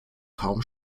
kaum